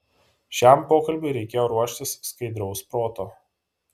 šiam pokalbiui reikėjo ruoštis skaidraus proto